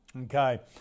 Okay